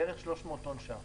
בערך 300 טון לשעה.